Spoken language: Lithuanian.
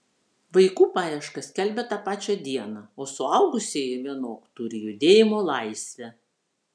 vaikų paiešką skelbia tą pačią dieną o suaugusieji vienok turi judėjimo laisvę